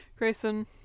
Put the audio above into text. Grayson